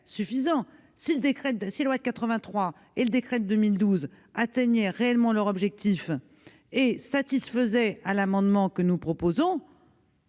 les effets. Si la loi de 1983 et le décret de 2012 atteignaient réellement leur objectif et satisfaisaient l'amendement que nous proposons,